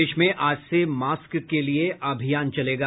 प्रदेश में आज से मास्क के लिए अभियान चलेगा